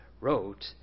wrote